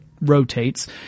rotates